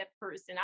person